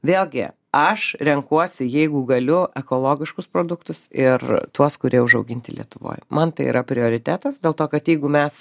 vėlgi aš renkuosi jeigu galiu ekologiškus produktus ir tuos kurie užauginti lietuvoj man tai yra prioritetas dėl to kad jeigu mes